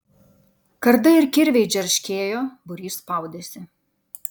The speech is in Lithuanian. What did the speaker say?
kardai ir kirviai džerškėjo būrys spaudėsi